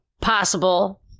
possible